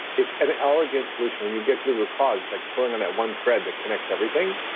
it's an elegant solution. when you get to the root cause, it's like pulling on that one thread that connects everything,